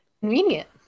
Convenient